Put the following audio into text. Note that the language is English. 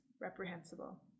reprehensible